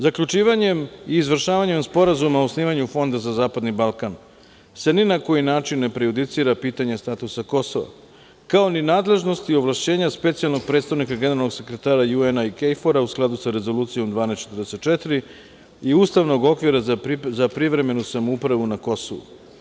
Zaključivanjem i izvršavanjem Sporazuma o osnivanju Fonda za zapadni Balkan se ni na koji način ne prejudicira pitanje statusa Kosova kao ni nadležnosti ni ovlašćenja specijalnog predstavnika Generalnog sekretara UN i KFOR u skladu sa Rezolucijom 1244 i ustavnog okvira za privremenu samoupravu na Kosovu.